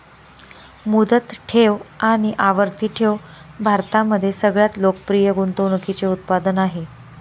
मुदत ठेव आणि आवर्ती ठेव भारतामध्ये सगळ्यात लोकप्रिय गुंतवणूकीचे उत्पादन आहे